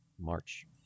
March